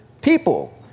people